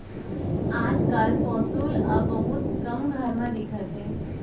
आज काल पौंसुल अब बहुते कम घर म दिखत हे